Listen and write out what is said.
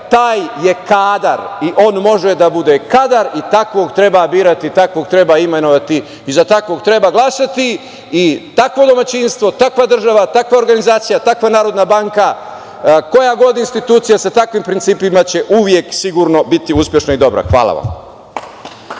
taj je kadar i on može da bude kadar i takvog treba birati, takvog treba imenovati i za takvog treba glasati i takvo domaćinstvo, takva država, takva organizacija, takva Narodna banka, koja god institucija sa takvim principima će uvek sigurno biti uspešna i dobra. Hvala vam.